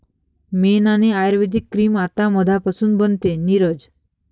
मेण आणि आयुर्वेदिक क्रीम आता मधापासून बनते, नीरज